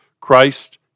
Christ